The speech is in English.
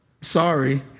sorry